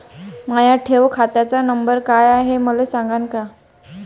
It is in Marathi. माया ठेव खात्याचा नंबर काय हाय हे मले सांगान का?